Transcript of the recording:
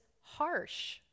harsh